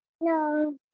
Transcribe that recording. No